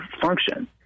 function